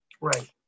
Right